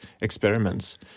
experiments